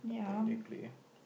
technically